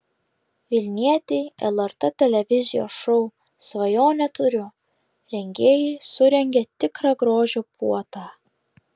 vilnietei lrt televizijos šou svajonę turiu rengėjai surengė tikrą grožio puotą